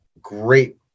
great